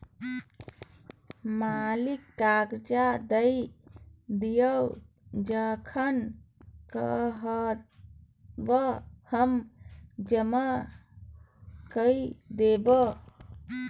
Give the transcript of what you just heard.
मालिक करजा दए दिअ जखन कहब हम जमा कए देब